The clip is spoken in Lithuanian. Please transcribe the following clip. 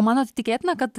o manot tikėtina kad